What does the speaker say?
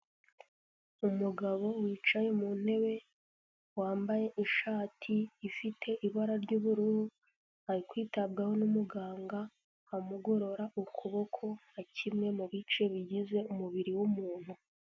Umugabo wicaye mu ntebe, wambaye ishati ifite ibara ry'ubururu ari kwitabwaho n'umuganga, amugorora ukuboko nka kimwe mu bice bigize umubiri w'umuntu.